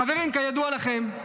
חברים, כידוע לכם,